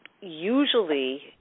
usually